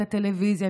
את הטלוויזיה,